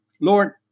Lord